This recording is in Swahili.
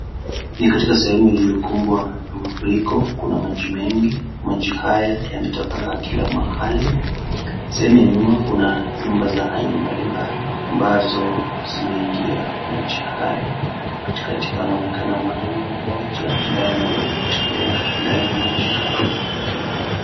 Ni katika sehemu inayokumbwa na mafuriko kuna maji mengi .Maji haya yametapakaa kila mahali, Segemu ya nyuma kuna nyumba aina mbali mbali ambazo zimeingia maji hayo katikati pana mwanaume mmoja ambaye anajaribu kutembea ndani ya maji hayo.